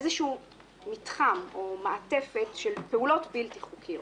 איזה מתחם או מעטפת של פעולות בלתי חוקיות,